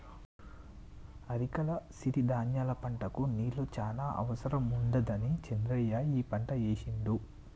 అరికల సిరి ధాన్యాల పంటకు నీళ్లు చాన అవసరం ఉండదని చంద్రయ్య ఈ పంట ఏశిండు